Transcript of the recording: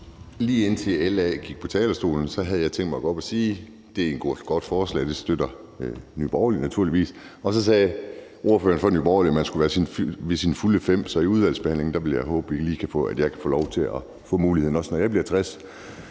Lige indtil LA gik på talerstolen, havde jeg tænkt mig at gå op at sige: Det er et godt forslag; det støtter Nye Borgerlige naturligvis. Så sagde ordføreren for LA, at man skulle være ved sine fulde fem. Så i udvalgsbehandlingen vil jeg håbe at vi kan sikre, at jeg også lige kan få lov til at få muligheden, når jeg bliver 60.